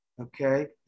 okay